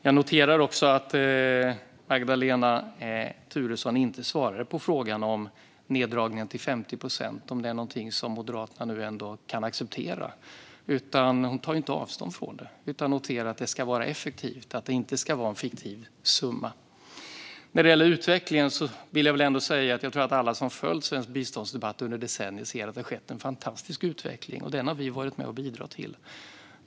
Jag noterar också att Magdalena Thuresson inte svarar på frågan om neddragningen till 50 procent. Är det någonting som Moderaterna kan acceptera? Hon tar inte avstånd utan noterar i stället att biståndet ska vara effektivt, inte en fiktiv summa. Alla som har följt svensk biståndsdebatt under decennier ser att det har skett en fantastisk utveckling, och den har vi varit med och bidragit till.